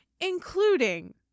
including